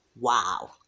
Wow